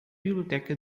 biblioteca